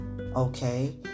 Okay